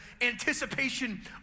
anticipation